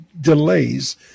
delays